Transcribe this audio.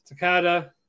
Takada